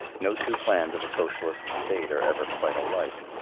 no two plans of a socialist state are ever quite alike.